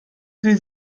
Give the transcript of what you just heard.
sie